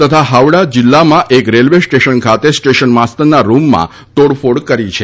તથા હાવડા જિલ્લામાં એક રેલવે સ્ટેશન ખાતે સ્ટેશન માસ્તરના રૂમમાં તોડફોડ કરી છે